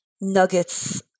nuggets